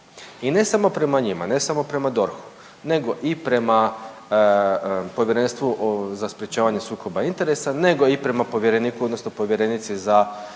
I ne samo prema njima, ne samo prema DORH-u, nego i prema Povjerenstvu o sprječavanju sukoba interesa, nego i prema povjereniku, odnosno povjerenici za